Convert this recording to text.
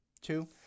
Two